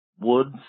woods